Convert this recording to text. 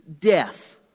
death